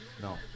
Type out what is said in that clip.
No